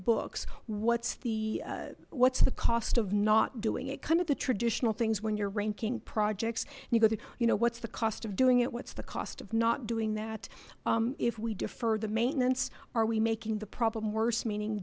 books what's the what's the cost of not doing it kind of the traditional things when you're ranking projects you go through you know what's the cost of doing it what's the cost of not doing that if we defer the maintenance are we making the problem worse meaning